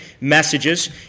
messages